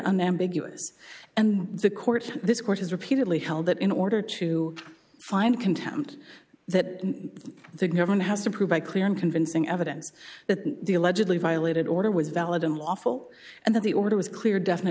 unambiguous and the court this court has repeatedly held that in order to find contempt that the government has to prove by clear and convincing evidence that the allegedly violated order was valid unlawful and that the order was clear definite